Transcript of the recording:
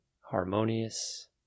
harmonious